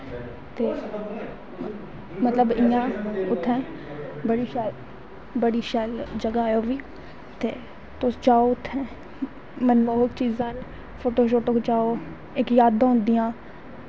ते मतलव इन्ना उत्थैं बड़ी शैल जगा ऐ ओह् बी ते तुस जाओ उत्थें मतलव एह् चीज़ां न फोटो शोटो खताओ इक यांजां होंदियां